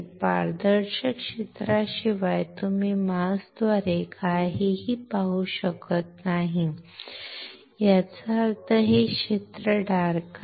पारदर्शक क्षेत्राशिवाय तुम्ही मास्क द्वारे काहीही पाहू शकत नाही याचा अर्थ हे क्षेत्र डार्क आहे